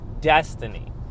destiny